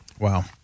Wow